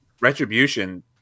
retribution